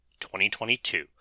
2022